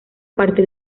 partir